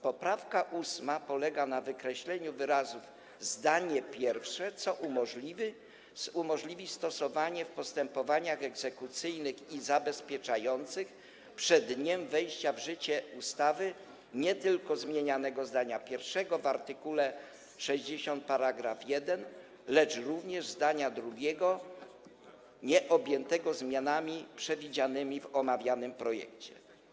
Poprawka 8. polega na wykreśleniu wyrazów „zdanie pierwsze”, co umożliwi stosowanie w postępowaniach egzekucyjnych i zabezpieczających przed dniem wejścia w życie ustawy nie tylko zmienianego zdania pierwszego w art. 60 § 1, lecz również zdania drugiego nieobjętego zmianami przewidzianymi w omawianym projekcie.